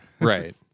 Right